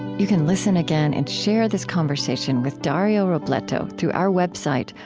you can listen again and share this conversation with dario robleto through our website,